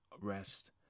rest